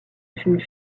fut